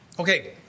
Okay